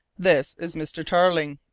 this is mr. tarling.